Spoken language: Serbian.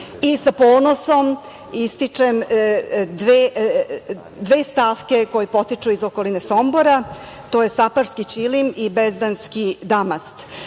i sa ponosom ističem dve stavke koje potiču iz okoline Sombora, to je staparski ćilim i bezdanski damast.Za